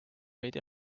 veidi